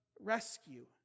rescue